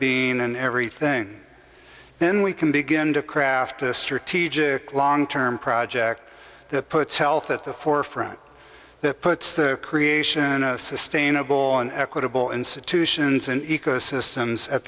being and every thing then we can begin to craft a strategic long term project that puts health at the forefront that puts the creation of sustainable an equitable institutions in ecosystems at